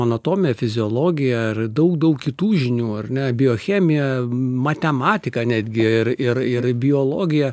anatomija fiziologija ir daug daug kitų žinių ar ne biochemija matematika netgi ir ir ir biologija